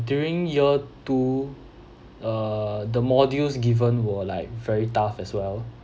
during year two uh the modules given were like very tough as well